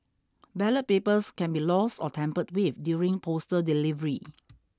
ballot papers can be lost or tampered with during postal delivery